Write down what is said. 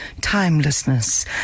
timelessness